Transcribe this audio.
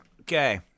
Okay